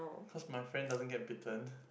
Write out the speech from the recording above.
cause my friend doesn't get bitten